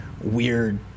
weird